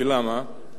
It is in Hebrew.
ולמה?